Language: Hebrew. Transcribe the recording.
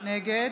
נגד